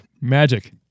magic